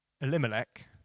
Elimelech